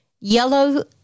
yellow